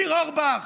ניר אורבך,